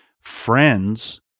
friends